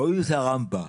--- רמפה.